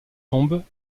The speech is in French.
tombe